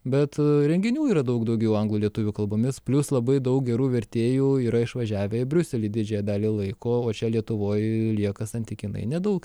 bet renginių yra daug daugiau anglų lietuvių kalbomis plius labai daug gerų vertėjų yra išvažiavę į briuselį didžiąją dalį laiko o čia lietuvoj lieka santykinai nedaug